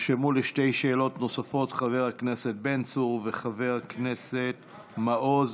נרשמו לשתי שאלות נוספות חבר הכנסת בן צור וחבר הכנסת מעוז.